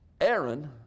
Aaron